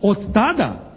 od tada,